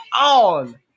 on